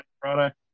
Friday